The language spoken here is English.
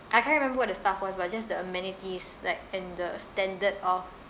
I can't remember what the stuff was but just the amenities like and the standard of